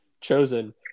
chosen